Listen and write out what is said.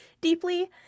deeply